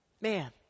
man